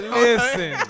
listen